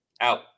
Out